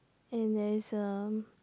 and there is a